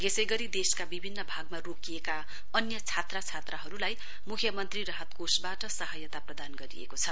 यसै गरी देशका विभिन्न भागमा रोकिएका अन्य छात्र छात्राहरूलाई मुख्य मन्त्री राहत कोषबाट सहायता प्रदान गरिएको छ